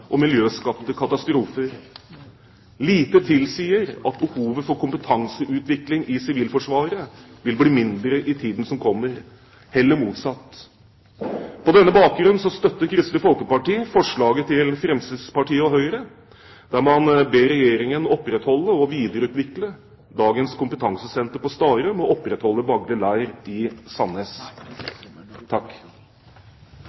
og miljøskapte katastrofer. Lite tilsier at behovet for kompetanseutvikling i Sivilforsvaret vil bli mindre i tiden som kommer – heller motsatt. På denne bakgrunn støtter Kristelig Folkeparti forslaget til Fremskrittspartiet og Høyre, der man «ber regjeringen opprettholde og videreutvikle dagens kompetansesenter på Starum og opprettholde Vagle leir i